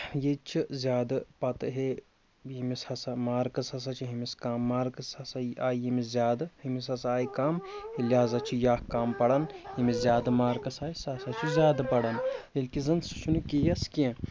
ییٚتہِ چھِ زیادٕ پَتہٕ ہے ییٚمِس ہسا مارکٕس ہسا چھِ ہمِس کَم مارکٕس ہسا آے ییٚمِس زیادٕ ہُمِس ہسا آیہِ کَم لہزا چھِ یہِ اَکھ کَم پَران ییٚمِس زیادٕ مارکٕس آسہِ سُہ ہسا چھُ زیادٕ پَران ییٚلہِ کہِ زَن سُہ چھُنہٕ کیس کیٚنٛہہ